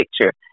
picture